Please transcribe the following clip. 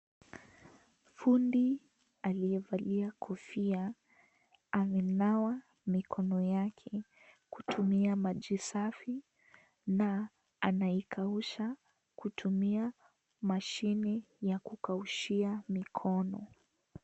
Fundi aliyevalia kofia amenawa mikono yake kutumia maji safi na anaikausha kutumia mashine ya kukaushia mikono.